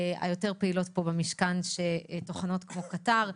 היותר פעילות פה במשכן, שטוחנות כמו קטר.